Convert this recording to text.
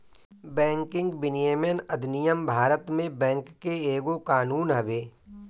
banking विनियमन अधिनियम भारत में बैंक के एगो कानून हवे